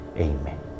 Amen